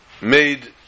made